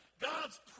God's